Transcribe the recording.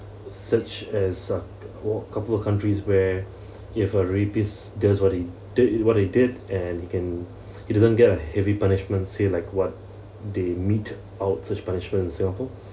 such as uh couple of countries where if a rapist does what he did what he did and he can he doesn't get a heavy punishment say like what they mete out such punishment in singapore